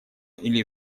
или